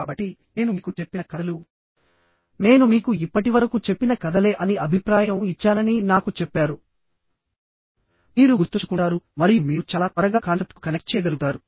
కాబట్టినేను మీకు చెప్పిన కథలు నేను మీకు ఇప్పటివరకు చెప్పిన కథలే అని అభిప్రాయం ఇచ్చానని నాకు చెప్పారు మీరు గుర్తుంచుకుంటారు మరియు మీరు చాలా త్వరగా కాన్సెప్ట్కు కనెక్ట్ చేయగలుగుతారు